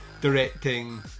directing